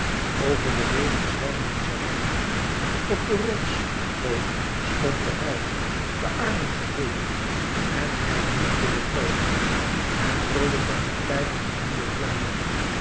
over de wegen zwermden zij weg op den rots hoog stond de held de armen geheven en hij vloekte de goden en brulde van de pijnen die